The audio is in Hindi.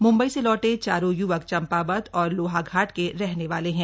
म्ंबई से लौटे चारों य्वक चंपावत और लोहाघाट के रहने वाले हैं